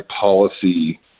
policy